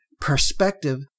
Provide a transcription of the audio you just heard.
perspective